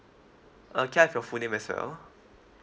uh can I have your full name as well